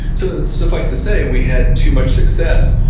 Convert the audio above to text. so suffice to say we had too much success.